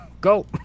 go